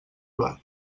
plat